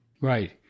Right